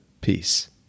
Peace